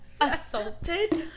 assaulted